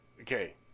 Okay